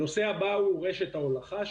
הנושא הבא הוא רשת ההולכה.